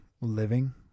living